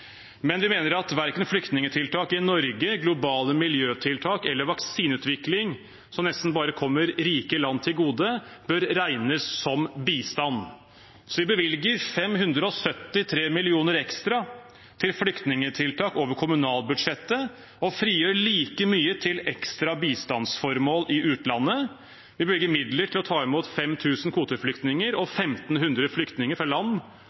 men vi mener at verken flyktningtiltak i Norge, globale miljøtiltak eller vaksineutvikling, som nesten bare kommer rike land til gode, bør regnes som bistand, så vi bevilger 573 mill. kr ekstra til flyktningtiltak over kommunalbudsjettet og frigjør like mye til ekstra bistandsformål i utlandet. Vi bevilger midler til å ta imot 5 000 kvoteflyktninger og 1 500 flyktninger fra land